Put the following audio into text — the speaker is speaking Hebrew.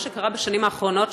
מה שקרה בשנים האחרונות,